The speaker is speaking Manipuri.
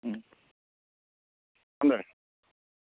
ꯎꯝ ꯊꯝꯖꯔꯒꯦ